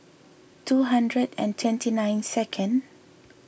two hundred and twenty nine second